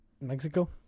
Mexico